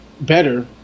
better